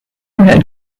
had